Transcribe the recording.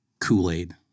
Kool-Aid